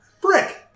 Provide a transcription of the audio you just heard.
Brick